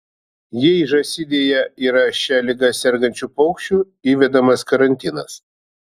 jei žąsidėje yra šia liga sergančių paukščių įvedamas karantinas